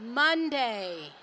monday